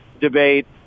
debate